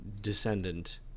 descendant